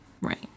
Right